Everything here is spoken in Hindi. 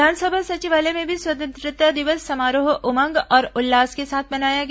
विधानसभा सचिवालय में भी स्वतंत्रता दिवस समारोह उमंग और उल्लास के साथ मनाया गया